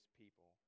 people